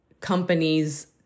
companies